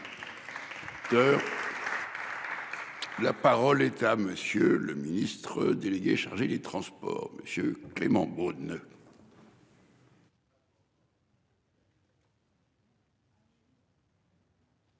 La parole est à monsieur le ministre délégué chargé des Transports, monsieur Clément Beaune.